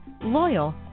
loyal